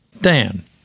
Dan